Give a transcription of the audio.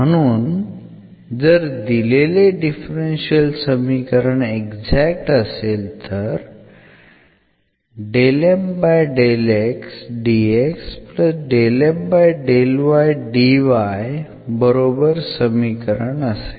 म्हणून जर दिलेले डिफरन्शियल समीकरण एक्झॅक्ट असेल तर बरोबर समीकरण असेल